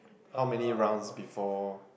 how many rounds before